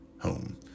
home